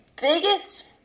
biggest